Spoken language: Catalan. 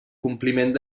compliment